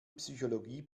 psychologie